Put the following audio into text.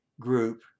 group